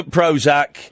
Prozac